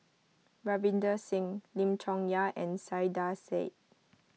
Ravinder Singh Lim Chong Yah and Saiedah Said